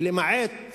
ולמעט